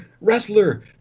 wrestler